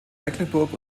mecklenburg